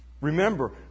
Remember